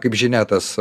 kaip žinia tas